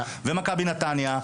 ומכבי נתניה,